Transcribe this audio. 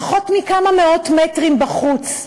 פחות מכמה מאות מטרים בחוץ,